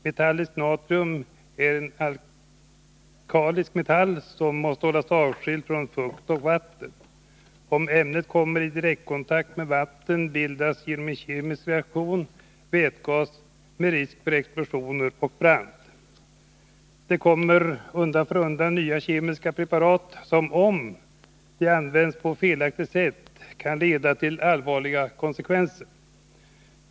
Metalliskt natrium är en alkaliemetall som måste hållas avskild från fukt eller vatten. Om ämnet kommer i direktkontakt med vatten. bildas genom en kemisk reaktion vätgas med risk för explosioner och brand. Det kommer undan för undan nya kemiska preparat som om de används på felaktigt sätt kan leda till allvarliga konsekvenser.